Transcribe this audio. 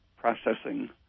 processing